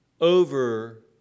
over